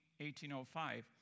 1805